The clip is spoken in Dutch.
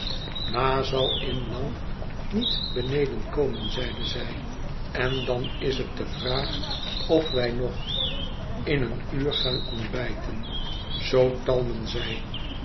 ma zal in lang niet beneden komen zeide zij en dan is het de vraag of wij nog in een uur gaan ontbijten zoo talmen zij